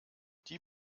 die